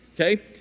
Okay